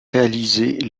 réalisées